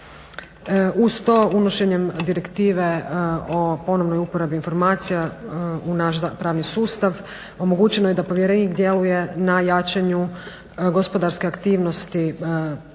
Uz to, unošenjem direktive o ponovnoj uporabi informacija u naš pravni sustav, omogućeno je da povjerenik djeluje na jačanju gospodarske aktivnosti pravnih